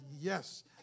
yes